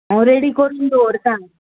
हांव रेडी करून दवरतां